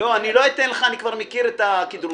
אני לא אתן לך, אני כבר מכיר את הכדרורים.